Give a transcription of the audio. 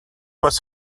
was